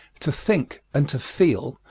to think, and to feel,